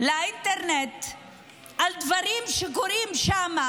לאינטרנט על דברים שקורים שם,